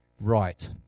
right